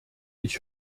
ich